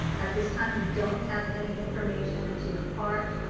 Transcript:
at this time, we don't have any information to impart.